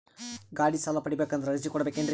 ಗಾಡಿ ಸಾಲ ಪಡಿಬೇಕಂದರ ಅರ್ಜಿ ಕೊಡಬೇಕೆನ್ರಿ?